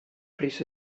pris